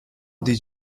did